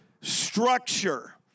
structure